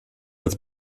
als